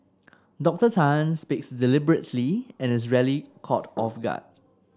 Dorcor Tan speaks deliberately and is rarely caught off guard